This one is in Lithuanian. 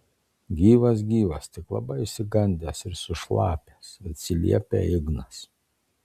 gyvas gyvas tik labai išsigandęs ir sušlapęs atsiliepia ignas